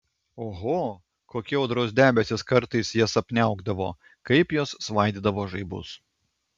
oho kokie audros debesys kartais jas apniaukdavo kaip jos svaidydavo žaibus